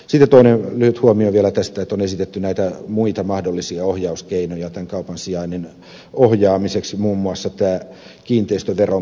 sitten toinen lyhyt huomio vielä tästä että on esitetty näitä muita mahdollisia ohjauskeinoja tämän kaupan sijainnin ohjaamiseksi muun muassa kiinteistöveron käyttöä